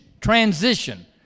Transition